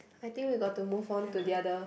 I think we got to move on to the other